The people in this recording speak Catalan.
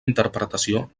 interpretació